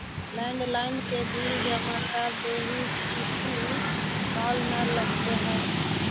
landline के bill जमा कर देहीं, इसे कॉल न लगित हउ